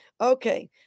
okay